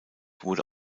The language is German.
wurde